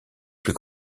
plus